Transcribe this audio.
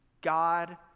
God